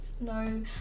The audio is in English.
No